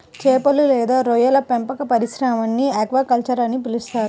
చేపలు లేదా రొయ్యల పెంపక పరిశ్రమని ఆక్వాకల్చర్ అని పిలుస్తారు